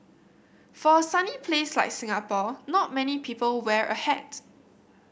for a sunny place like Singapore not many people wear a hat